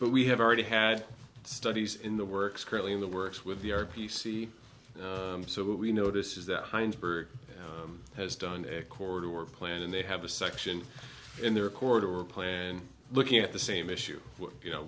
but we have already had studies in the works currently in the works with the r p c so what we notice is that heinz bird has done a quarter or plan and they have a section in their record or plan and looking at the same issue you know